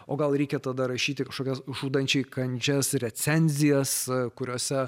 o gal reikia tada rašyti kažkokias žudančiai kandžias recenzijas kuriose